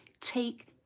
take